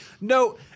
no